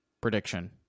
Prediction